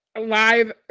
live